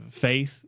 faith